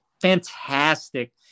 fantastic